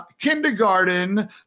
kindergarten